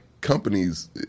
companies